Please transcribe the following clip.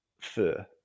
fur